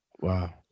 wow